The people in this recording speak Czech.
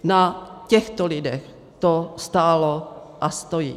Na těchto lidech to stálo a stojí.